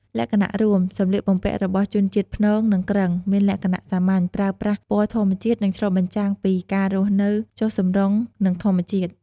លក្ខណៈរួម: សម្លៀកបំពាក់របស់ជនជាតិព្នង និងគ្រឹង មានលក្ខណៈ សាមញ្ញ ប្រើប្រាស់ ពណ៌ធម្មជាតិ និងឆ្លុះបញ្ចាំងពី ការរស់នៅចុះសម្រុងនឹងធម្មជាតិ។